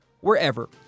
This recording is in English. wherever